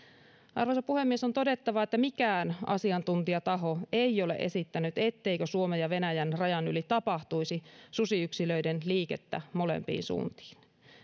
arvoisa puhemies on todettava että mikään asiantuntijataho ei ole esittänyt etteikö suomen ja venäjän rajan yli tapahtuisi susiyksilöiden liikettä molempiin suuntiin